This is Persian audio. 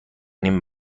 نیم